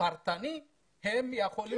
באופן פרטני הם יכולים.